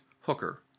Hooker